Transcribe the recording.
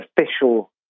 official